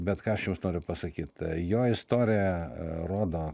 bet ką aš jums noriu pasakyt jo istorija rodo